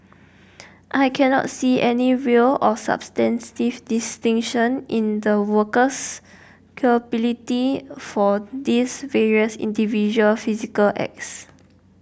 I cannot see any real or substantive distinction in the worker's culpability for these various individual physical acts